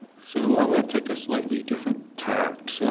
so i'm going to take a slightly different tact. so